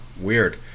weird